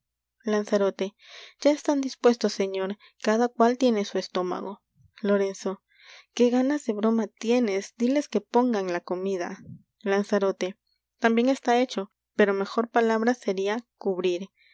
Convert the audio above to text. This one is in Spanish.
lanzarote ya están dispuestos señor cada cual tiene su estómago lorenzo qué ganas de broma tienes diles que pongan la comida lanzarote tambien está hecho pero mejor palabra seria cubrir